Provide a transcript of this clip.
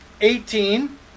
eighteen